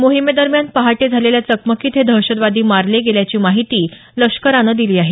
मोहिमेदरम्यान पहाटे झालेल्या चकमकीत हे दहशतवादी मारले गेल्याची माहिती लष्करानं दिली आहे